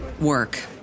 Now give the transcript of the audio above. work